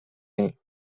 ایم